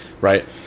right